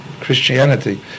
Christianity